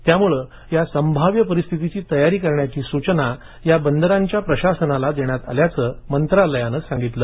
त्याम्ळ या संभाव्य परिस्थितीची तयारी करण्याची सूचना या बंदरांच्या प्रशासनाला देण्यात आल्याचं मंत्रालयानं सांगितलं